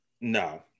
no